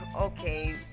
okay